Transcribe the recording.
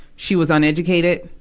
she was uneducated.